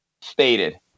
stated